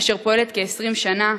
אשר פועלת כ-20 שנה,